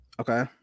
Okay